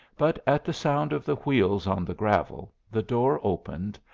but at the sound of the wheels on the gravel the door opened,